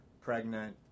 pregnant